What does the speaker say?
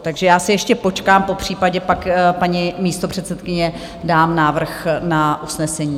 Takže já si ještě počkám, popřípadě pak, paní místopředsedkyně, dám návrh na usnesení.